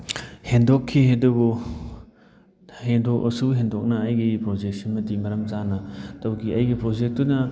ꯍꯦꯟꯗꯣꯛꯈꯤ ꯑꯗꯨꯕꯨ ꯍꯦꯟꯗꯣꯛꯂꯁꯨ ꯍꯦꯟꯗꯣꯛꯅ ꯑꯩꯒꯤ ꯄ꯭ꯔꯣꯖꯦꯛꯁꯤꯃꯗꯤ ꯃꯔꯝ ꯆꯥꯅ ꯇꯧꯈꯤ ꯑꯩꯒꯤ ꯄ꯭ꯔꯣꯖꯦꯛꯇꯨꯅ